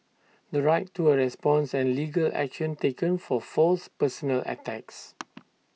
the right to A response and legal action taken for false personal attacks